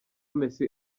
messi